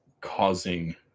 causing